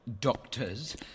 Doctors